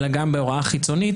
אלא גם בהוראה חיצונית.